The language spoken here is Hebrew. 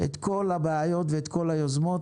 את כל הבעיות ואת כל היוזמות